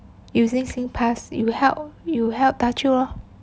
using singpass it will help you help bachelor